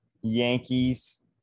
Yankees